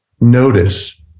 notice